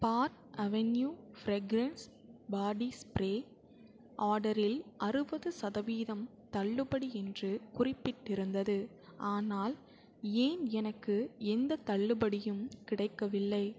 park avenue fragrance body spray ஆர்டரில் அறுபது சதவீதம் தள்ளுபடி என்று குறிப்பிட்டிருந்தது ஆனால் ஏன் எனக்கு எந்தத் தள்ளுபடியும் கிடைக்கவில்லை